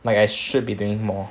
like I should be doing more